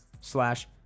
slash